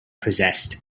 possessed